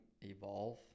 evolve